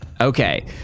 Okay